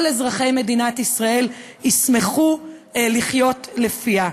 אזרחי מדינת ישראל ישמחו לחיות לפיה.